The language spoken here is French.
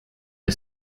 est